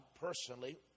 personally